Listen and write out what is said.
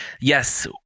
Yes